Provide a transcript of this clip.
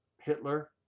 Hitler